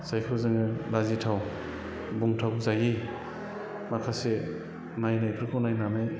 जायखौ जोङो लाजिथाव बुंथावजायि माखासे नायनायफोरखौ नायनानै